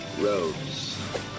roads